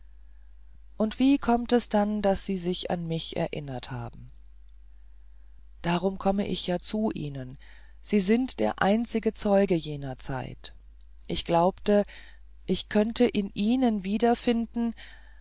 und wie kommt es dann daß sie sich an mich erinnert haben darum komme ich ja zu ihnen sie sind der einzige zeuge jener zeit ich glaubte ich könnte in ihnen wiederfinden